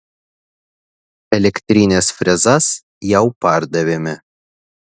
elektrines frezas jau pardavėme